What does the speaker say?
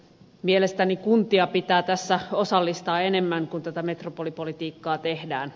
mielestäni kuntia pitää tässä osallistaa enemmän kun tätä metropolipolitiikkaa tehdään